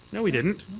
no, we didn't.